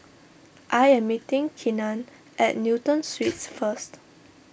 I am meeting Kenan at Newton Suites first